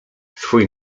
swój